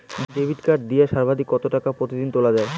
Debit card দিয়ে সর্বাধিক কত টাকা প্রতিদিন তোলা য়ায়?